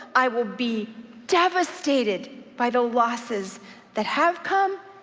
i will be devastated by the losses that have come,